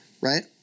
Right